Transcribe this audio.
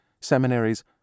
seminaries